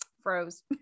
froze